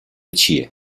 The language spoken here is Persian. چیه